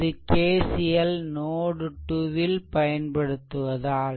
இது KCL நோட்2 ல் பயன்படுத்துவதால்